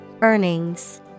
Earnings